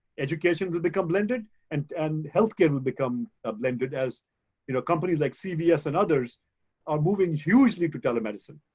education will become blended, and and healthcare will become ah blended as you know companies like sort of cvs and others are moving hugely to telemedicine.